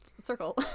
circle